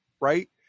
right